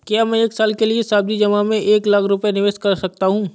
क्या मैं एक साल के लिए सावधि जमा में एक लाख रुपये निवेश कर सकता हूँ?